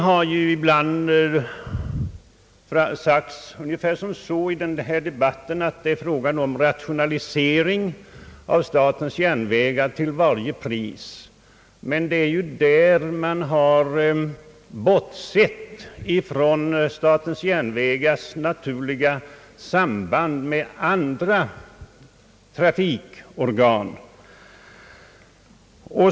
I denna debatt har ibland sagts att det är fråga om rationalisering av statens järnvägar till varje pris, men därvid har man bortsett från statens järnvägars naturliga samband med andra trafikorgan.